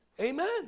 Amen